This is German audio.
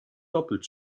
doppelt